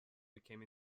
became